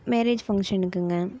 marriage ஃபங்க்ஷனுக்குங்க